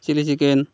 chili chicken